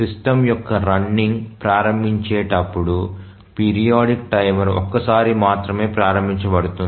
system యొక్క running ప్రారంభించేటప్పుడు periodic timer ఒకసారి మాత్రమే ప్రారంభించబడుతుంది